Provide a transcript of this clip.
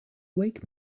wake